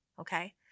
okay